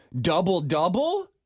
Double-double